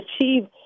achieve